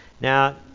Now